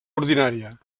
ordinària